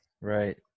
right